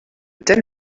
tels